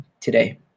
today